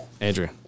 Andrew